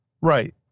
Right